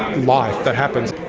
life that happens.